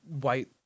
white